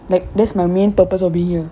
like that's my main purpose of being here